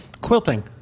quilting